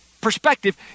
perspective